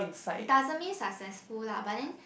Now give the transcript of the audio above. doesn't mean successfully lah but then